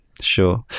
Sure